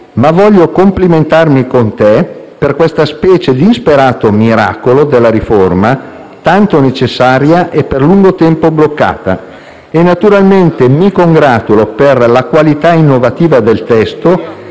ma voglio complimentarmi con te per questa specie di insperato miracolo della riforma, tanto necessaria e per lungo tempo bloccata, e naturalmente mi congratulo per la qualità innovativa del testo,